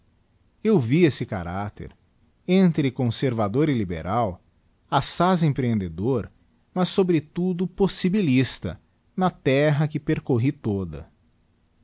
eu vi esse caracter entre conservador e liberal assaz emprehendedor mas sobretudo possibilista na terra que percorri toda